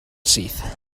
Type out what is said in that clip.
syth